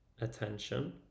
attention